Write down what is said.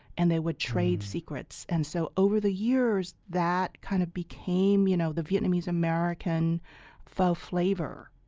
and they would trade secrets. and so over the years, that kind of became you know the vietnamese-american pho flavor,